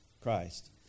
Christ